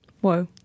Whoa